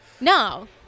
No